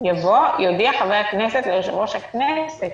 יבוא: "יודיע חבר הכנסת ליושב ראש הכנסת